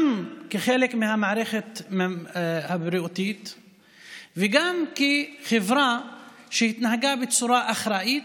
גם כחלק ממערכת הבריאות וגם כחברה שהתנהגה בצורה אחראית,